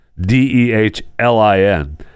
D-E-H-L-I-N